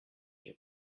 your